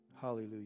Hallelujah